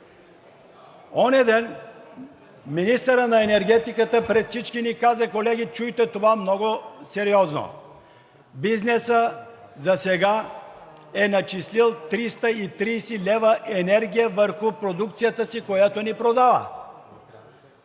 Онзи ден министърът на енергетиката пред всички ни каза – колеги, чуйте, това е много сериозно: „Бизнесът засега е начислил 330 лв. енергия върху продукцията си, която ни продава.“